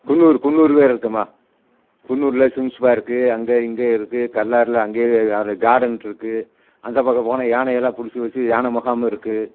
குன்னூர் குன்னூர் வேற இருக்குதும்மா குன்னூரில் சிம்ஸ் பார்க்கு அங்கே இங்கே இருக்குது கல்லாறில் அங்கே யாரு கார்டன் இருக்குது அந்த பக்கம் போனா யானை எல்லாம் பிடிச்சி வெச்சு யானை முகாம் இருக்குது